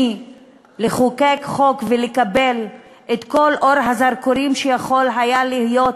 מלחוקק חוק ולקבל את כל אור הזרקורים שהיה יכול להיות